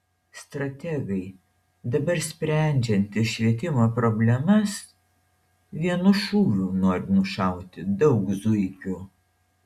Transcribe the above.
strategai dabar sprendžiantys švietimo problemas vienu šūviu nori nušauti daug zuikių